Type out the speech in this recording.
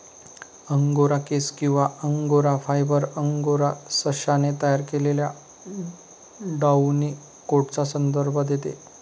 angora केस किंवा angora fibre, angora सशाने तयार केलेल्या डाउनी कोटचा संदर्भ देते